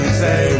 say